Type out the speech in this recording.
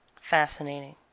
Fascinating